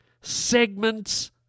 segments